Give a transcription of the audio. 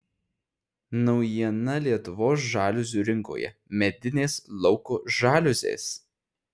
naujiena lietuvos žaliuzių rinkoje medinės lauko žaliuzės